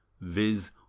viz